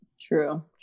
True